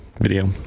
video